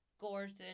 Gordon